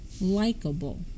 likable